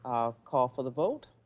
i'll call for the vote.